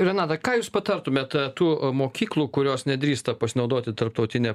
renata ką jūs patartumėt tų mokyklų kurios nedrįsta pasinaudoti tarptautine